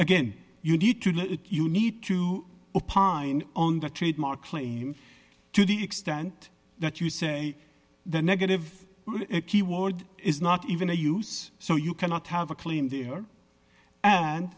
again you need to you need to opine on the trademark claim to the extent that you say the negative keyword is not even a use so you cannot have a claim there and